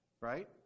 right